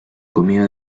comida